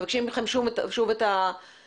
מבקשים מכם שוב את התיקים?